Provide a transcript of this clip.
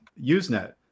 usenet